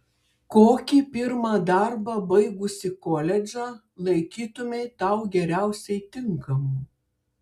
kokį pirmą darbą baigusi koledžą laikytumei tau geriausiai tinkamu